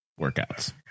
workouts